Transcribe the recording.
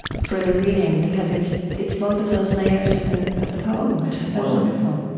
for the reading, because it's it's both of those layers of the of the poem, which is so wonderful